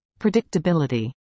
Predictability